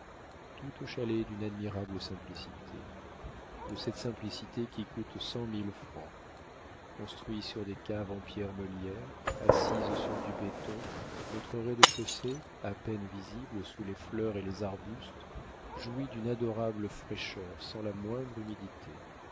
tout au chalet est d'une admirable simplicité de cette simplicité qui coûte cent mille francs construit sur des caves en pierres meulières assises sur du béton notre rez-de-chaussée à peine visible sous les fleurs et les arbustes jouit d'une adorable fraîcheur sans la moindre humidité